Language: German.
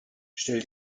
stell